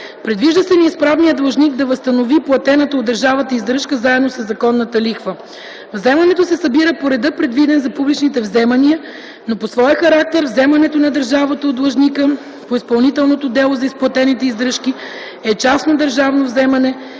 Предвижда се неизправният длъжник да възстанови платената от държавата издръжка заедно със законната лихва. Вземането се събира по реда, предвиден за публичните вземания, но по своя характер вземането на държавата от длъжника по изпълнителното дело за изплатените издръжки е частно държавно вземане